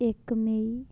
इक मेई